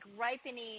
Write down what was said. ripening